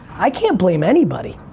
i can't blame anybody.